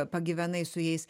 pragyvenai su jais